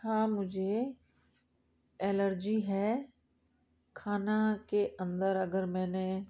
हाँ मुझे एलर्जी है खाना के अंदर अगर मैंने